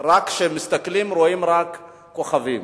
כשמסתכלים רואים רק כוכבים.